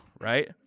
right